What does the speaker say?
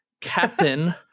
Captain